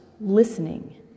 listening